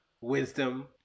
wisdom